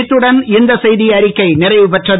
இத்துடன் இந்த செய்தியறிக்கை நிறைவுபெறுகிறது